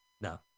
No